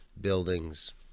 buildings